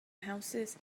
houses